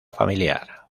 familiar